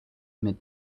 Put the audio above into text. amid